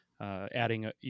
adding